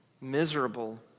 miserable